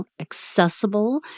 accessible